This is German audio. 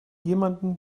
jemanden